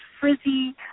frizzy